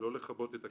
לא לכבות את הקשר.